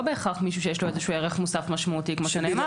בהכרח מישהו שיש לו איזשהו ערך מוסף משמעותי כמו שנאמר.